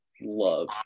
love